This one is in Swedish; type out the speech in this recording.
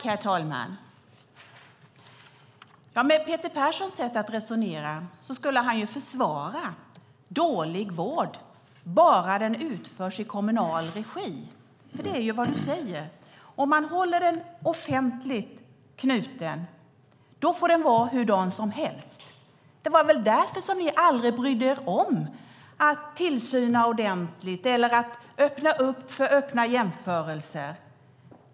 Herr talman! Med Peter Perssons sätt att resonera skulle han försvara dålig vård bara den utförs i kommunal regi. Det är ju vad han säger: Om man håller den offentligt knuten får den vara hurdan som helst. Det var väl därför ni aldrig brydde er om att tillsyna ordentligt eller öppna upp för öppna jämförelser.